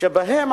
במקום